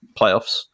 playoffs